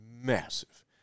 Massive